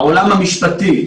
העולם המשפטי,